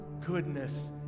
goodness